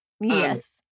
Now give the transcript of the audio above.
yes